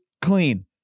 clean